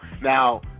now